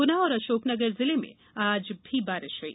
गुना और अशोकनगर जिले में आज भी बारिष हुई